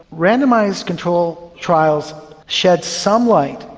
randomised controlled trials shed some light,